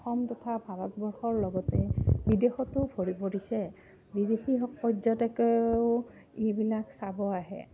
অসম তথা ভাৰতবৰ্ষৰ লগতে বিদেশতো ভৰি পৰিছে বিদেশী পৰ্যটকেও এইবিলাক চাব আহে